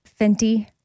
Fenty